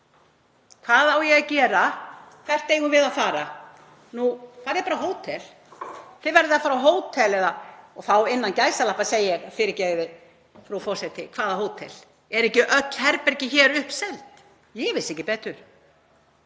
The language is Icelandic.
Hvað á ég að gera? Hvert eigum við að fara? Nú, fariði bara á hótel. Þið verðið að fara á hótel. Þá segi ég, innan gæsalappa: Fyrirgefið, frú forseti, hvaða hótel? Eru ekki öll herbergi hér uppseld? Ég vissi ekki betur.